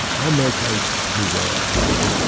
um much, i leave that up to them.